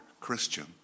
Christian